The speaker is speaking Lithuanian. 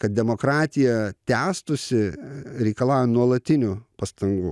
kad demokratija tęstųsi reikalauja nuolatinių pastangų